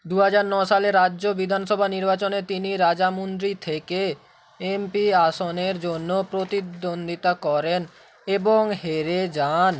দু হাজার ন সালে রাজ্য বিধানসভা নির্বাচনে তিনি রাজামুন্দ্রি থেকে এমপি আসনের জন্য প্রতিদ্বন্দ্বিতা করেন এবং হেরে যান